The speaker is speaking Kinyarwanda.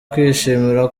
kwishimira